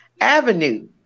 avenue